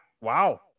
wow